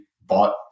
bought